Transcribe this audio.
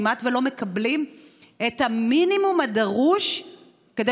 שכמעט לא מקבלים את המינימום הדרוש כדי